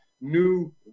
new